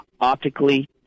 optically